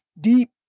deep